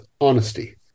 honesty